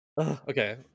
okay